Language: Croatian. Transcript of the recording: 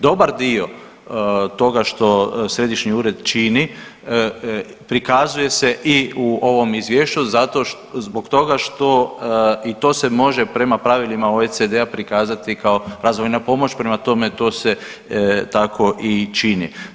Dobar dio toga što središnji ured čini prikazuje se i u ovom izvješću zato, zbog tog što i to se može prema pravilima OECD-a prikazati kao razvojna pomoć prema tome to se tako i čini.